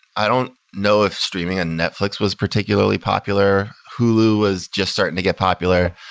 i don't know if streaming and netflix was particularly popular. hulu was just starting to get popular.